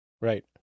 Right